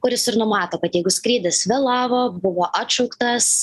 kuris ir numato kad jeigu skrydis vėlavo buvo atšauktas